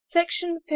Section